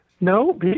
No